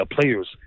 players